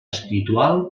espiritual